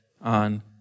on